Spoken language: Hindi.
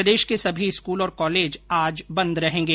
प्रदेश के सभी स्कूल और कॉलेज आज बंद रहेंगे